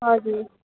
हजुर